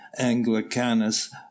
anglicanus